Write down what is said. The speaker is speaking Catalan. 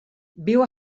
viu